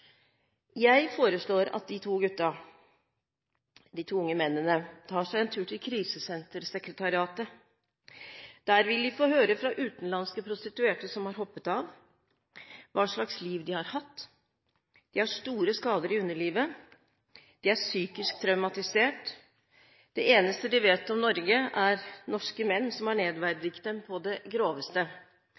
Jeg foreslår at de to unge mennene tar seg en tur til Krisesentersekretariatet. Der vil de få høre fra utenlandske prostituerte som har hoppet av, hva slags liv de har hatt. De har store skader i underlivet. De er psykisk traumatisert. Det eneste de kjenner til om Norge, er norske menn som har nedverdiget dem på det groveste.